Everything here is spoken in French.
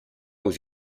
aux